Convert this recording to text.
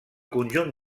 conjunt